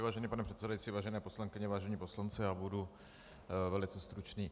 Vážený pane předsedající, vážené poslankyně, vážení poslanci, já budu velice stručný.